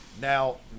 Now